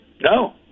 No